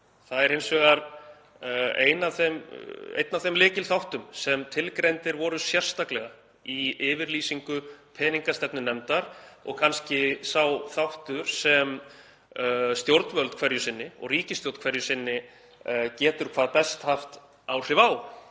vegar er einn af þeim lykilþáttum sem tilgreindir voru sérstaklega í yfirlýsingu peningastefnunefndar og er kannski sá þáttur sem stjórnvöld hverju sinni og ríkisstjórn hverju sinni getur hvað best haft áhrif á,